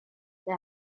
they